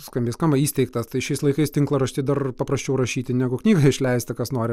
skambiai skamba įsteigtas tai šiais laikais tinklaraštį dar paprasčiau rašyti negu knygą išleisti kas nori